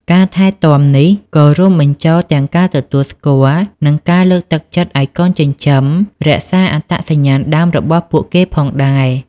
ការថែទាំនេះក៏រួមបញ្ចូលទាំងការទទួលស្គាល់ និងការលើកទឹកចិត្តឲ្យកូនចិញ្ចឹមរក្សាអត្តសញ្ញាណដើមរបស់ពួកគេផងដែរ។